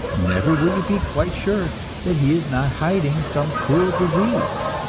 never will you be quite sure that he is not hiding some cruel disease,